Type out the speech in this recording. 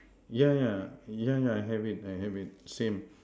yeah yeah yeah yeah I have it I have it same